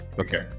Okay